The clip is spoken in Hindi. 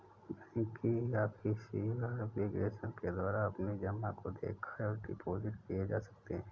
बैंक की ऑफिशियल एप्लीकेशन के द्वारा अपनी जमा को देखा व डिपॉजिट किए जा सकते हैं